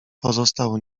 pozostał